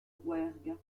rouergue